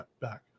back